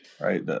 right